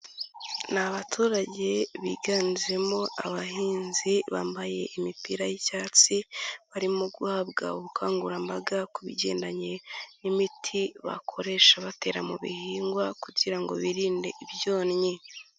Ni abaturage biganjemo abahinzi bambaye imipira y'icyatsi, barimo guhabwa ubukangurambaga ku bigendanye n'imiti bakoresha batera mu bihingwa kugira ngo birinde ibyonnyi.